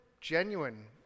genuine